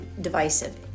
divisive